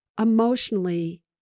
emotionally